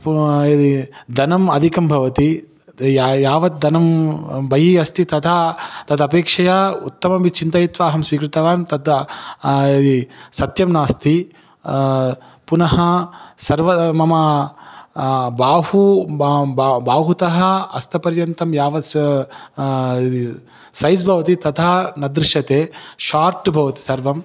पू यदि धनम् अधिकं भवति त य यावद् धनं बहिः अस्ति तदा तदपेक्षया उत्तमं विचिन्तयित्वा अहं स्वीकृतवान् तद् यदि सत्यं नास्ति पुनः सर्वं मम बाहु ब ब बाहुतः अस्तपर्यन्तं यावस्स् सैस् भवति तथा न दृश्यते शार्ट् भवति सर्वम्